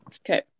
Okay